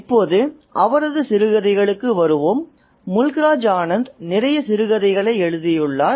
இப்போது அவரது சிறுகதைகளுக்கு வருவோம் முல்க் ராஜ் ஆனந்த் நிறைய சிறுகதைகளை எழுதியுள்ளார்